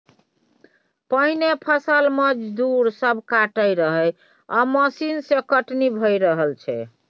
पहिने फसल मजदूर सब काटय रहय आब मशीन सँ कटनी भए रहल छै